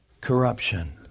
corruption